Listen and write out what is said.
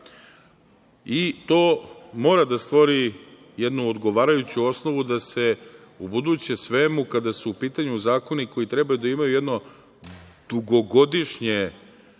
i to mora da stvori jednu odgovarajuću osnovu da se ubuduće svemu, kada su u pitanju zakoni koji treba da imaju jedno dugogodišnje